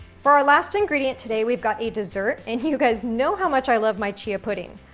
for our last ingredient today, we've got a dessert, and you guys know how much i love my chia pudding.